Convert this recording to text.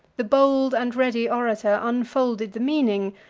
the bold and ready orator unfolded the meaning,